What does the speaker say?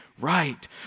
right